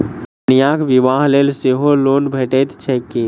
कन्याक बियाह लेल सेहो लोन भेटैत छैक की?